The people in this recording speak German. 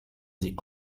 sie